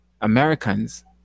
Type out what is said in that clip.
Americans